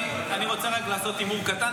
אני רוצה רק לעשות הימור קטן,